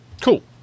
Cool